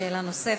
שאלה נוספת.